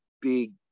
big